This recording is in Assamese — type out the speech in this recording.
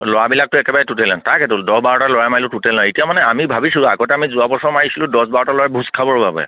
ল'ৰাবিলাকটো একেবাৰে টোটেল তাকেটো দহ বাৰটা ল'ৰা মাৰিলে নাই এতিয়া মানে আমি ভাবিছোঁ আগতে আমি যোৱা বছৰ মাৰিছিলোঁ দহ বাৰটা ল'ৰাই ভোজ খাবৰ বাবে